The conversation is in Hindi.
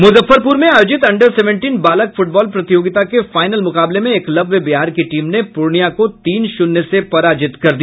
मुजफ्फरपुर में आयोजित अंडर सेवेंटीन बालक फुटबॉल प्रतियोगिता के फाइनल मुकाबले में एकलव्य बिहार की टीम ने पूर्णियां को तीन शून्य से पराजित कर दिया